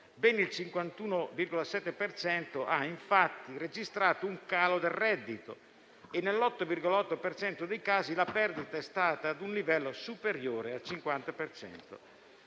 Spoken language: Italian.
per cento ha infatti registrato un calo del reddito e nell'8,8 per cento dei casi la perdita è stata ad un livello superiore al 50